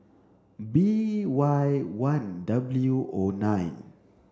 B Y one W O nine